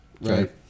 right